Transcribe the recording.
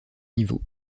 niveaux